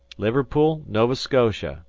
liverpool, nova scotia,